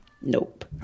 Nope